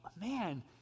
man